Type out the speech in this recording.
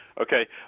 okay